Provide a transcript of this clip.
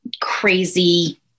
crazy